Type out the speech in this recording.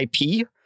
IP